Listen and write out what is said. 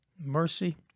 Mercy